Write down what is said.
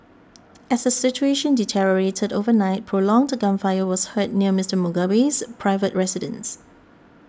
as the situation deteriorated overnight prolonged gunfire was heard near Mister Mugabe's private residence